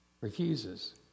refuses